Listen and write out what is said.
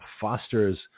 Fosters